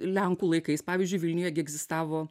lenkų laikais pavyzdžiui vilniuje gi egzistavo